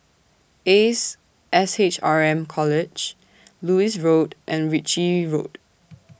Ace S H R M College Lewis Road and Ritchie Road